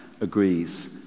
agrees